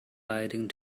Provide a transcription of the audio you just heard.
riding